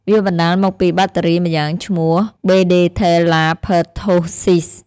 វាបណ្តាលមកពីបាក់តេរីម្យ៉ាងឈ្មោះ បេដេថេលឡាភើតថូសសុីស។